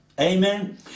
Amen